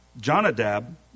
Jonadab